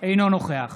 אינו נוכח